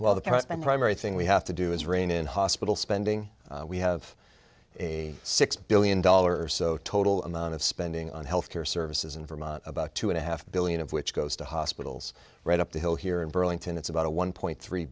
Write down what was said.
well the primary thing we have to do is rein in hospital spending we have a six billion dollars so total amount of spending on health care services in vermont about two and a half billion of which goes to hospitals right up the hill here in burlington it's about a one point three